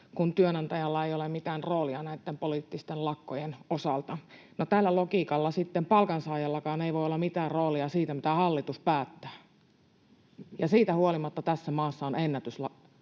että työnantajalla ei olisi mitään roolia näitten poliittisten lakkojen osalta. No tällä logiikalla sitten palkansaajallakaan ei voi olla mitään roolia siinä, mitä hallitus päättää, ja siitä huolimatta tässä maassa ovat ennätyslakot